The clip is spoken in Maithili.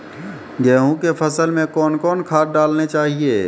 गेहूँ के फसल मे कौन कौन खाद डालने चाहिए?